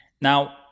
Now